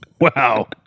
Wow